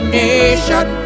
nation